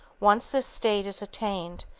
once this state is attained,